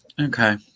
Okay